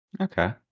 Okay